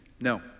No